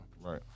Right